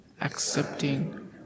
accepting